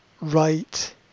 right